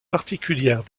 particulière